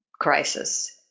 crisis